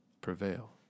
prevail